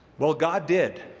well, god did.